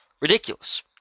Ridiculous